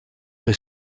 the